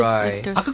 Right